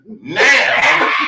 Now